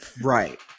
right